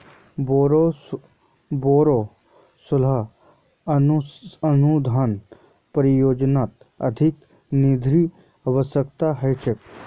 बोरो सोलर अनुसंधान परियोजनात अधिक निधिर अवश्यकता ह छेक